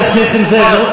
חבר הכנסת נסים זאב,